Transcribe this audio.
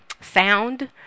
sound